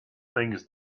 things